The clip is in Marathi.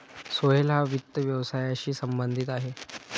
सोहेल हा वित्त व्यवसायाशी संबंधित आहे